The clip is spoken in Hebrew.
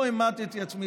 לא המתי עצמי,